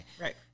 Right